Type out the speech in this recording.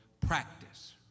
practice